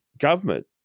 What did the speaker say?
government